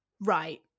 right